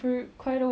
tinggi sangat